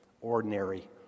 Ordinary